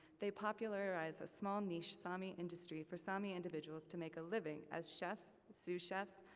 they popularize a small niche sami industry for sami individuals to make a living, as chefs, sous chefs,